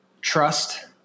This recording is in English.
trust